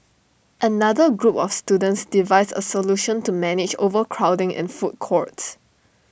another group of students devised A solution to manage overcrowding in food courts